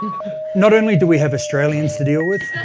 not only do we have australians to deal with